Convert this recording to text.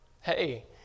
hey